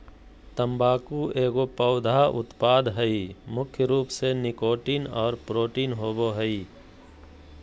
तम्बाकू एगो पौधा उत्पाद हइ मुख्य रूप से निकोटीन और प्रोटीन होबो हइ